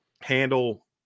handle –